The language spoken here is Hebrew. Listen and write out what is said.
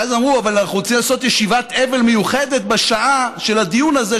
ואז אמרו: אבל אנחנו רוצים לעשות ישיבת אבל מיוחדת בשעה של הדיון הזה,